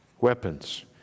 Weapons